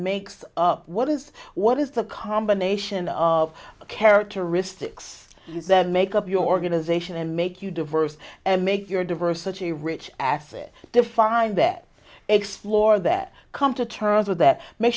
makes of what is what is the combination of characteristics that make up your going to zation and make you diverse and make your diversity rich asset defined there explore that come to terms with that make